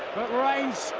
but reigns,